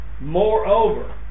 Moreover